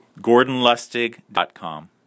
GordonLustig.com